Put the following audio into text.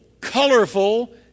colorful